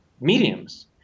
mediums